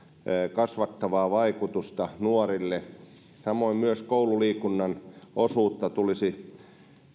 kasvattavaa vaikutusta nuorille samoin myös koululiikunnan osuutta tulisi